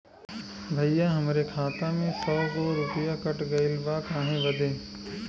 भईया हमरे खाता में से सौ गो रूपया कट गईल बा काहे बदे?